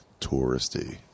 touristy